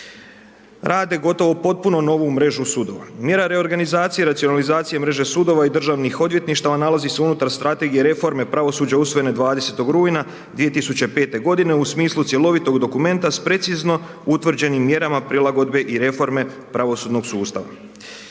rade gotovo potpuno novu mrežu sudova. Mjera reorganizacije i racionalizacije sudova i državnih odvjetništava nalazi se unutar Strategije reforme pravosuđa usvojene 20. rujna 2005. u smislu cjelovitog dokumenta s precizno utvrđenim mjerama prilagodbe i reforme pravosudnog sustava.